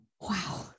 wow